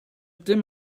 dim